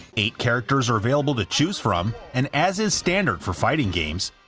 eight characters are available to choose from, and as is standard for fighting games,